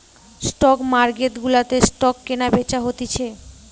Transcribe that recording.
stock market গুলাতে stock কেনা বেচা হতিছে